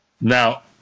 Now